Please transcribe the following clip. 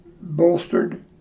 bolstered